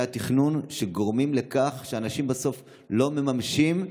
התכנון שגורמים לכך שאנשים בסוף לא מממשים.